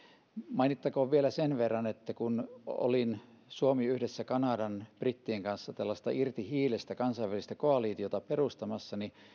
mainittakoon vielä sen verran että kun suomi oli yhdessä kanadan ja brittien kanssa tällaista kansainvälistä irti hiilestä koalitiota perustamassa niin